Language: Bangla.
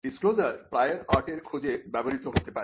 ডিসক্লোজার প্রায়র আর্ট এর খোঁজে ব্যবহৃত হতে পারে